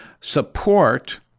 support